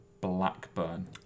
Blackburn